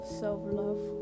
self-love